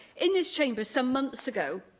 in this chamber, some months ago,